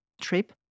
trip